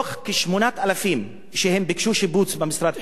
מכ-8,000 שביקשו שיבוץ במשרד החינוך,